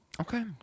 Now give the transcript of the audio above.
Okay